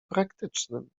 praktycznym